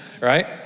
Right